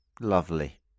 lovely